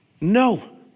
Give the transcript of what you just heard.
no